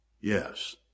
Yes